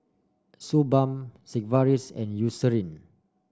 Suu Balm Sigvaris and Eucerin